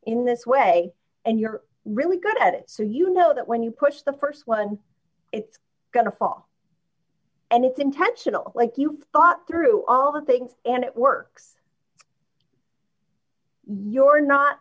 in this way and you're really good at it so you know that when you push the st one it's going to fall and it's intentional like you've thought through all the things and it works your not